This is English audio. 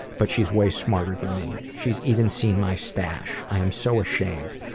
but she's way smarter than me. she's even seen my stash. i am so ashamed,